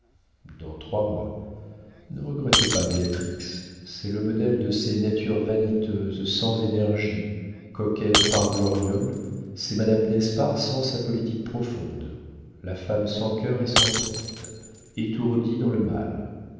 dans trois mois ne regrettez pas béatrix c'est le modèle de ces natures vaniteuses sans énergie coquettes par gloriole c'est madame d'espard sans sa politique profonde la femme sans cœur et sans tête étourdie dans le mal